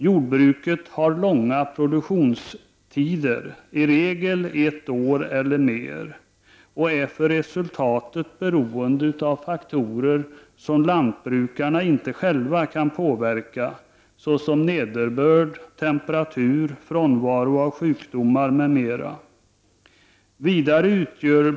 Jordbruket har långa produktionstider — i regel ett år eller längre — och resultatet är beroende av faktorer som lantbrukarna själva inte kan påverka såsom nederbörd, temperatur och frånvaro av sjukdomar.